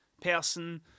person